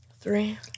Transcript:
Three